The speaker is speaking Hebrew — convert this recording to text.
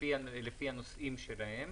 לפי הנושאים שלהם,